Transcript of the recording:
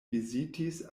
vizitis